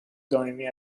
دائمی